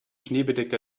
schneebedeckte